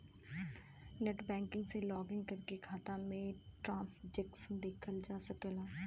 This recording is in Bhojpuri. नेटबैंकिंग से लॉगिन करके खाता में ट्रांसैक्शन देखल जा सकला